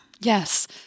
Yes